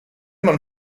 man